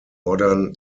modern